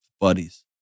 buddies